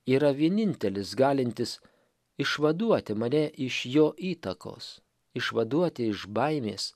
yra vienintelis galintis išvaduoti mane iš jo įtakos išvaduoti iš baimės